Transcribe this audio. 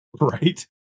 Right